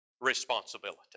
responsibility